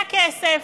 היה כסף,